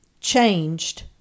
changed